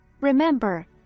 remember